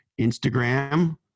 Instagram